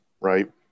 right